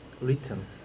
written